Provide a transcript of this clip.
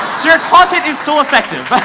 your content is so effective.